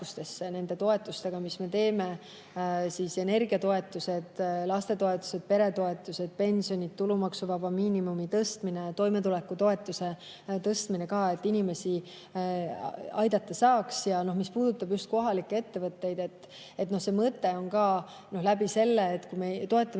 nende toetustega, mis me teeme: energiatoetused, lastetoetused, peretoetused, pensionide ja tulumaksuvaba miinimumi tõstmine. Toimetulekutoetust tõstsime ka, et inimesi aidata. Mis puudutab just kohalikke ettevõtteid, siis see mõte on ka, et kui me toetame